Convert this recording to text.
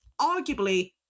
arguably